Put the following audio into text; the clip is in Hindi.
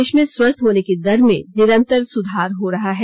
देश में स्वस्थ होने की दर में निरन्तर सुधार हो रहा है